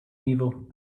evil